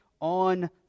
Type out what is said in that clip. on